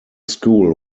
school